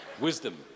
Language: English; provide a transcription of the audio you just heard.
Wisdom